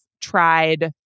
tried